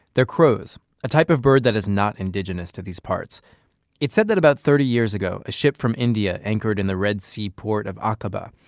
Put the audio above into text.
they're crows a type of bird that is not indigenous to these parts it's said that about thirty years ago, a ship from india anchored in the red sea port of aqaba.